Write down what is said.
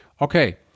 Okay